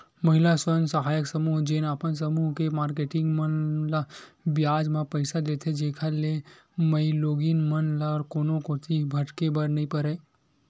महिला स्व सहायता समूह जेन अपन समूह के मारकेटिंग मन ल बियाज म पइसा देथे, जेखर ले माईलोगिन मन ल कोनो कोती भटके बर नइ परय